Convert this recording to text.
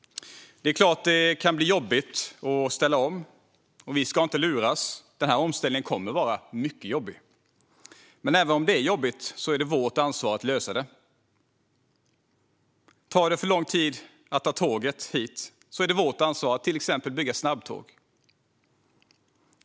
Det är klart att det kan bli jobbigt att ställa om. Vi ska inte luras. Denna omställning kommer att vara mycket jobbig. Men även om det är jobbigt är det vårt ansvar att lösa det. Tar det för lång tid att ta tåget hit är det vårt ansvar att till exempel bygga snabbtåg.